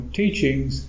teachings